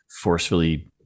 forcefully